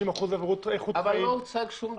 50% עבירות איכות חיים --- אבל לא הוצג שום דבר.